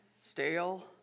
stale